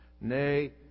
Nay